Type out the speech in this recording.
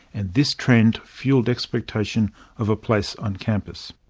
and this trend fuelled expectations of a place on campus.